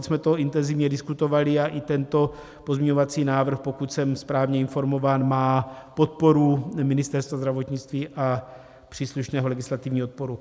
Opět jsme to intenzivně diskutovali a i tento pozměňovací návrh, pokud jsem správně informován, má podporu Ministerstva zdravotnictví a příslušného legislativního odboru.